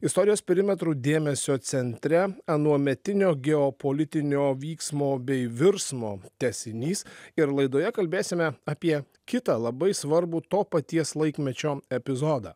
istorijos perimetrų dėmesio centre anuometinio geopolitinio vyksmo bei virsmo tęsinys ir laidoje kalbėsime apie kitą labai svarbų to paties laikmečio epizodą